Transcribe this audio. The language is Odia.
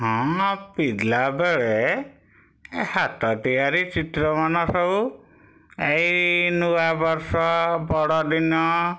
ହଁ ପିଲାବେଳେ ଏ ହାତ ତିଆରି ଚିତ୍ର ମାନ ହଉ ଏଇ ନୂଆ ବର୍ଷ ବଡ଼ଦିନ